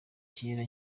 kera